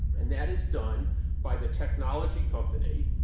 and that is done by the technology company,